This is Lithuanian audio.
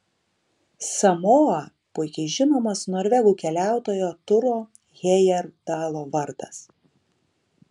samoa puikiai žinomas norvegų keliautojo turo hejerdalo vardas